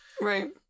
Right